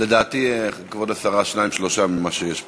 לדעתי, כבוד השרה, שניים-שלושה ממה שיש פה.